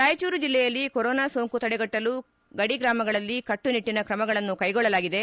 ರಾಯಚೂರು ಜಿಲ್ಲೆಯಲ್ಲಿ ಕೊರೊನೊ ಸೋಂಕು ತಡೆಗಟ್ಟಲು ಗಡಿ ಗ್ರಾಮಗಳಲ್ಲಿ ಕಟ್ಟುನಿಟ್ಟನ ಕ್ರಮಗಳನ್ನು ಕೈಗೊಳ್ಳಲಾಗಿದೆ